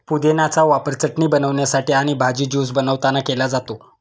पुदिन्याचा वापर चटणी बनवण्यासाठी आणि भाजी, ज्यूस बनवतांना केला जातो